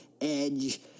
Edge